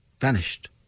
vanished